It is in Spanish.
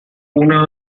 una